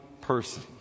person